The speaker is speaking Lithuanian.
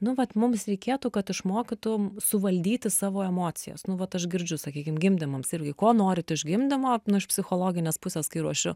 nu vat mums reikėtų kad išmokytum suvaldyti savo emocijas nu vat aš girdžiu sakykim gimdymams irgi ko norit iš gimdymo nu iš psichologinės pusės kai ruošiu